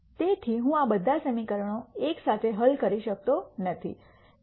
તેથી હું આ બધા સમીકરણો એક સાથે હલ કરી શકતો નથી